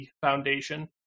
foundation